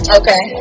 okay